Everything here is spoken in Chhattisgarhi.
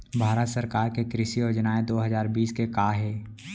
भारत सरकार के कृषि योजनाएं दो हजार बीस के का हे?